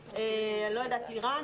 לתקנות.